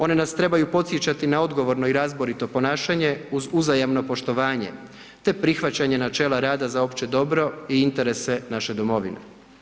One nas trebaju podsjećati na odgovorno i razborito ponašanje uz uzajamno poštovanje te prihvaćanje načela rada za opće dobro i interese naše domovine.